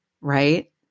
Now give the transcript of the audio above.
right